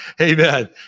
amen